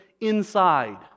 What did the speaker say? inside